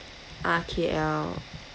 ah K_L